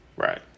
Right